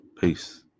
peace